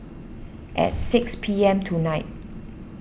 at six P M tonight